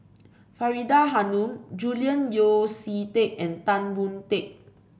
Faridah Hanum Julian Yeo See Teck and Tan Boon Teik